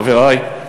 חברי,